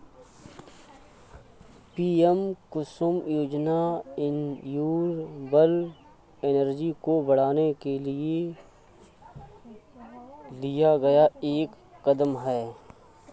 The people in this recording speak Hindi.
पी.एम कुसुम योजना रिन्यूएबल एनर्जी को बढ़ाने के लिए लिया गया एक कदम है